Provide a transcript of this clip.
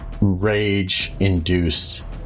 rage-induced